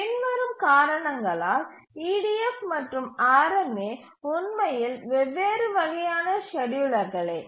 பின்வரும் காரணங்களால் EDF மற்றும் RMA உண்மையில் வெவ்வேறு வகையான ஸ்கேட்யூலர்கலே